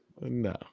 no